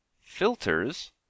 filters